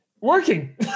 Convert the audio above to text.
working